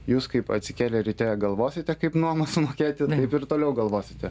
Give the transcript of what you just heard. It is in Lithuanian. jūs kaip atsikėlę ryte galvosite kaip nuomą sumokėti taip ir toliau galvosite